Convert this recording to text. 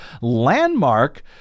landmark